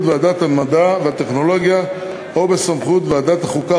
ועדת המדע והטכנולוגיה או בסמכות ועדת החוקה,